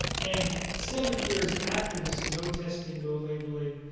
and seven years after this, no testing, no labeling,